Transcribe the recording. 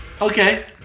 Okay